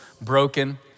broken